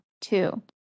two